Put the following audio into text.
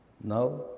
Now